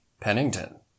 Pennington